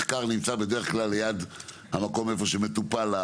מחקר נמצא בדרך כלל ליד המקום שבו מטופל,